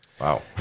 Wow